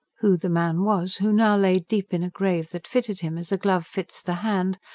who the man was, who now lay deep in a grave that fitted him as a glove fits the hand,